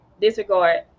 Disregard